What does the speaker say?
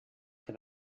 que